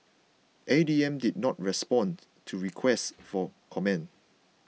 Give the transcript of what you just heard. A D M did not respond to requests for comment